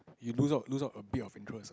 you lose out lose out a bit of interest uh